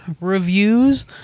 reviews